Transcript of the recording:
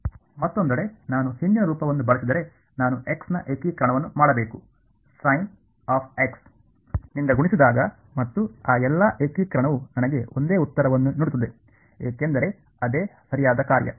ಮತ್ತೊಂದೆಡೆ ನಾನು ಹಿಂದಿನ ರೂಪವನ್ನು ಬಳಸಿದರೆ ನಾನು x ನ ಏಕೀಕರಣವನ್ನು ಮಾಡಬೇಕು Sin ನಿಂದ ಗುಣಿಸಿದಾಗ ಮತ್ತು ಆ ಎಲ್ಲಾ ಏಕೀಕರಣವು ನನಗೆ ಒಂದೇ ಉತ್ತರವನ್ನು ನೀಡುತ್ತದೆ ಏಕೆಂದರೆ ಅದೇ ಸರಿಯಾದ ಕಾರ್ಯ